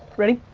ready?